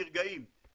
נרגעים.